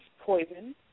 poison